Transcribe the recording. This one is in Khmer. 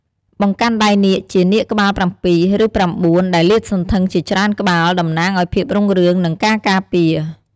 បង្កាន់ដៃនាគ ជានាគក្បាលប្រាំពីរ ឬប្រាំបួន ដែលលាតសន្ធឹងជាច្រើនក្បាលតំណាងឲ្យភាពរុងរឿង និងការការពារ។